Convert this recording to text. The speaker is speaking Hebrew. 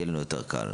יהיה לנו יותר קל.